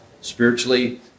spiritually